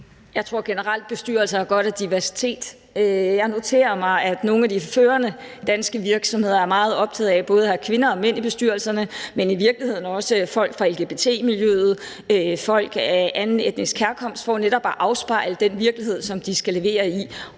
Jeg tror generelt, bestyrelser har godt af diversitet. Jeg noterer mig, at nogle af de førende danske virksomheder er meget optagede af både at have kvinder og mænd i bestyrelserne, men i virkeligheden også folk fra lgbt-miljøet og folk af anden etnisk herkomst, for netop at afspejle den virkelighed, som de skal levere i.